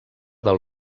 del